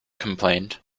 complained